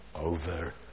over